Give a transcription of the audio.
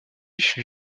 fut